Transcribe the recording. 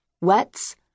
wets